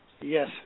Yes